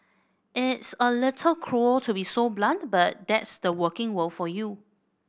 it's a little cruel to be so blunt but that's the working world for you